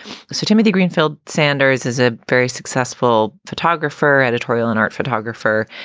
so timothy greenfield sanders is a very successful photographer, editorial and art photographer,